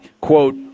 quote